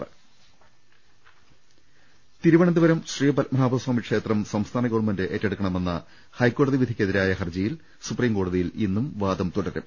് തിരുവന്തപുരം ശ്രീ പത്മനാഭ സ്വാമി ക്ഷേത്രം സംസ്ഥാന ഗവൺമെൻ് ഏറ്റെടുക്കണമെന്ന ഹൈക്കോടതി വിധിക്ക് എതിരായ ഹർജിയിൽ സുപ്രീം കോടതിയിൽ ഇന്നും വാദം തുടരും